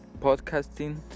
podcasting